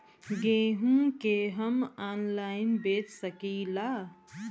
गेहूँ के हम ऑनलाइन बेंच सकी ला?